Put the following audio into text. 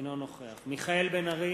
אינו נוכח מיכאל בן-ארי,